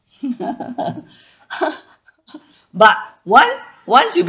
but once once you